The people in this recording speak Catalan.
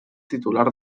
titular